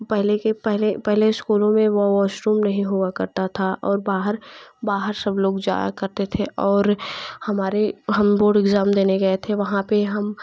पहले के पहले पहले स्कूलों में वॉशरूम नहीं हुआ करता था और बाहर बाहर सब लोग जाया करते थे और हमारे हम बोर्ड इग्जाम देने गए थे वहाँ पे हम